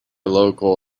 local